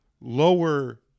lower